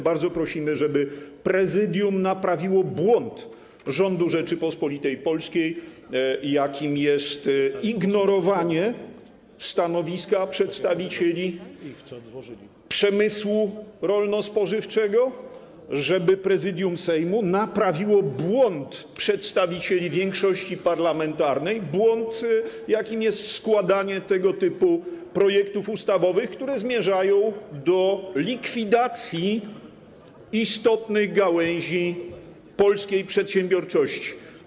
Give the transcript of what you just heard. Bardzo prosimy, żeby Prezydium naprawiło błąd rządu Rzeczypospolitej Polskiej, jakim jest ignorowanie stanowiska przedstawicieli przemysłu rolno-spożywczego, żeby Prezydium Sejmu naprawiło błąd przedstawicieli większości parlamentarnej, błąd, jakim jest składanie tego typu projektów ustawowych, które zmierzają do likwidacji istotnej gałęzi polskiej przedsiębiorczości.